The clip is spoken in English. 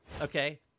Okay